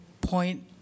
point